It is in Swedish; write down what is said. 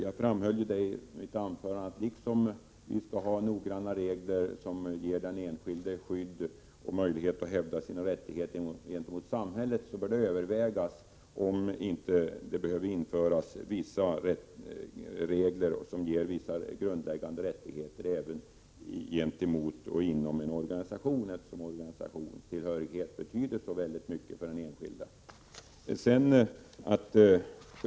Jag framhöll i mitt huvudanförande att liksom vi skall ha noggranna regler som ger den enskilde skydd och möjlighet att hävda sina rättigheter gentemot samhället, bör det övervägas om det inte behöver införas regler som ger vissa grundläggande rättigheter även gentemot och inom en organisation, eftersom organisationstillhörighet betyder så väldigt mycket för den enskilde.